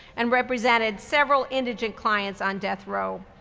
and represented several indigent clients on death row.